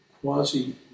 quasi